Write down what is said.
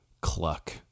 cluck